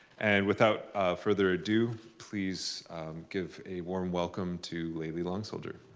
and without further ado, please give a warm welcome to layli long soldier.